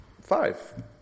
five